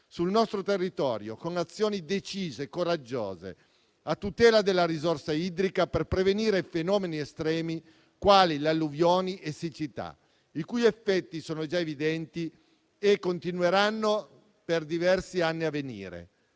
sul nostro territorio, con azioni decise e coraggiose, a tutela della risorsa idrica, per prevenire fenomeni estremi quali alluvioni e siccità, i cui effetti sono già evidenti e continueranno - per diversi anni a venire